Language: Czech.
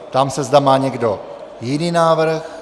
Ptám se, zda má někdo jiný návrh.